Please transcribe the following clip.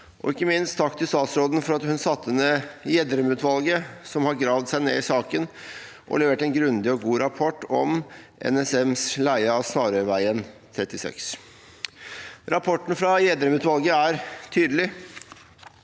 Ikke minst takk til statsråden for at hun satte ned Gjedrem-utvalget, som har gravd seg ned i saken og levert en grundig og god rapport om NSMs leie av Snarøyveien 36. Rapporten fra Gjedrem-utvalget er tydelig: